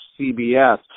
CBS